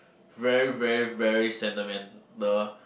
very very very sentimental